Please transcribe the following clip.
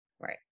Right